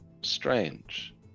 strange